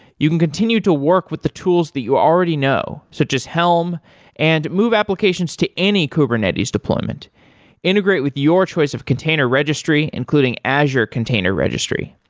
you can continue to work with the tools that you already know, so just helm and move applications to any kubernetes deployment integrate with your choice of container registry, including azure container registry.